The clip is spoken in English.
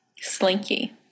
Slinky